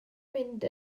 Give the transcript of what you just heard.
mynd